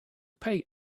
pay